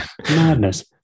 Madness